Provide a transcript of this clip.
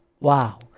Wow